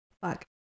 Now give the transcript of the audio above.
fuck